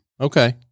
okay